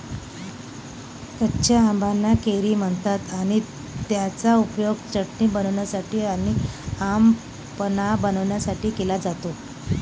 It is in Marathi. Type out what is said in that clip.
कच्या आंबाना कैरी म्हणतात आणि त्याचा उपयोग चटणी बनवण्यासाठी आणी आम पन्हा बनवण्यासाठी केला जातो